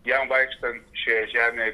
jam vaikštant šioje žemėje